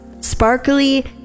sparkly